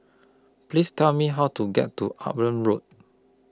Please Tell Me How to get to Upavon Road